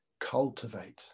Cultivate